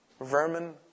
Vermin